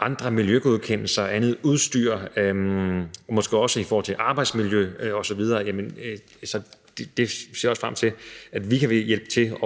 andre miljøgodkendelser og andet og udstyr og måske også i forhold til arbejdsmiljø osv. Det ser jeg også frem til at vi kan hjælpe til med